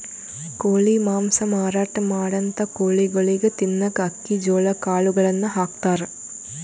ಕೋಳಿ ಮಾಂಸ ಮಾರಾಟ್ ಮಾಡಂಥ ಕೋಳಿಗೊಳಿಗ್ ತಿನ್ನಕ್ಕ್ ಅಕ್ಕಿ ಜೋಳಾ ಕಾಳುಗಳನ್ನ ಹಾಕ್ತಾರ್